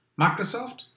Microsoft